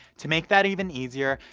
to make that even easier,